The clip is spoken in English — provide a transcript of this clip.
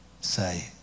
Say